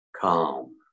calm